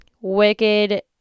wicked